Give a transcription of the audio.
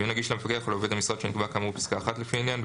ויהיה נגיש למפקח או לעובד המשרד שנקבע כאמור בפסקה (1),